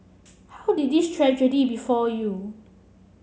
how did this tragedy befall you